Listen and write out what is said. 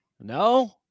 No